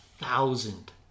thousand